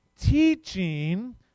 teaching